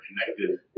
connected